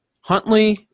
Huntley